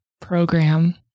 program